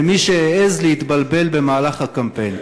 למי שהעז להתבלבל במהלך הקמפיין.